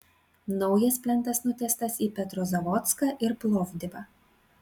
naujas plentas nutiestas į petrozavodską ir plovdivą